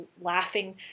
laughing